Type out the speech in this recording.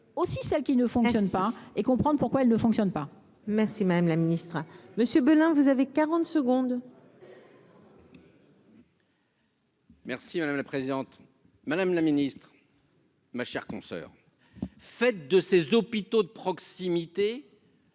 aussi celles qui ne fonctionne pas et comprendre pourquoi elle ne fonctionne pas. Merci madame la Ministre. Monsieur Beulin, vous avez 40 secondes. Merci madame la présidente, madame la Ministre. Ma chère consoeur fait de ces hôpitaux de proximité.